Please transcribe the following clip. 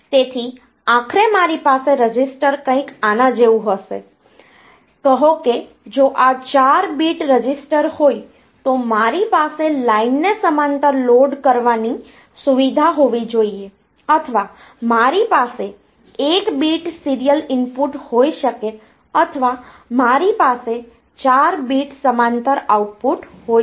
તેથી આખરે મારી પાસે રજીસ્ટર કંઈક આના જેવું હશે કહો કે જો આ 4 બીટ રજીસ્ટર હોય તો મારી પાસે લાઇનને સમાંતર લોડ કરવાની સુવિધા હોવી જોઈએ અથવા મારી પાસે 1 બીટ સીરીયલ ઇનપુટ હોઈ શકે અથવા મારી પાસે 4 બીટ સમાંતર આઉટપુટ હોઈ શકે